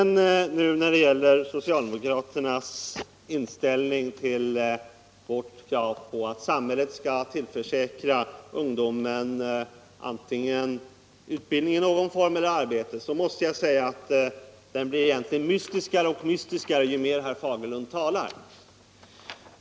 När det gäller socialdemokraternas inställning till vårt krav på att samhället skall tillförsäkra ungdomen antingen utbildning i någon form eller arbete måste jag säga att den blir egentligen mera mystisk ju längre herr Fagerlund talar.